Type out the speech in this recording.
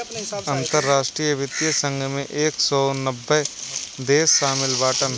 अंतरराष्ट्रीय वित्तीय संघ मे एक सौ नब्बे देस शामिल बाटन